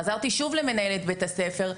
חזרתי שוב למנהלת בית הספר,